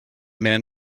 man